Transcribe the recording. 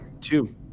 Two